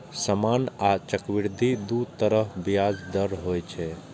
सामान्य आ चक्रवृद्धि दू तरहक ब्याज दर होइ छै